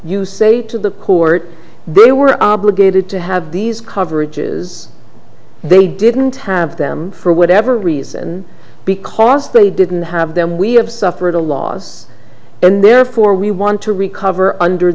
you say to the court they were obligated to have these coverages they didn't have them for whatever reason because they didn't have them we have suffered a loss and therefore we want to recover under